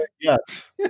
Yes